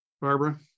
Barbara